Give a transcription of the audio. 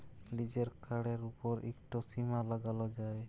লিজের কাড়ের উপর ইকট সীমা লাগালো যায়